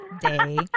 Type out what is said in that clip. day